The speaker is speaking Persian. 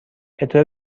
بطور